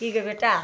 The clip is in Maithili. की गे बेटा